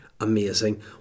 amazing